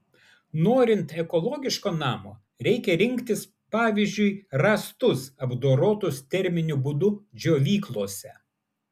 norint ekologiško namo reikia rinktis pavyzdžiui rąstus apdorotus terminiu būdu džiovyklose